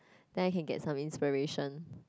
then I can get some inspiration